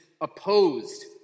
opposed